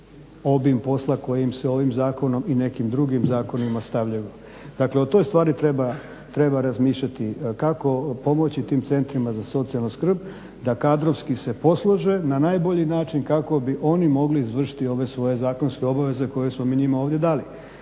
obim posla koji se ovim zakonom i nekim drugim zakonima stavljaju. Dakle o toj stvari treba razmišljati, kako pomoći tim centrima za socijalnu skrb da kadrovski se poslože na najbolji način kako bi oni mogli izvršiti ove svoje zakonske obveze koje smo mi njima ovdje dali.